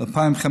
ב-2015,